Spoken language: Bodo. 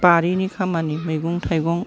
बारिनि खामानि मैगं थाइगं